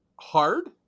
hard